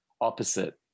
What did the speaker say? opposite